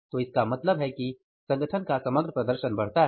तो इसका मतलब है कि संगठन का समग्र प्रदर्शन बढ़ता है